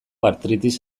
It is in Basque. artritis